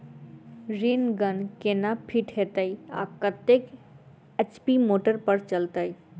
Rain gun केना fit हेतइ आ कतेक एच.पी मोटर पर चलतै?